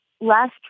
last